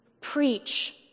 Preach